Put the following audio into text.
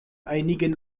einigen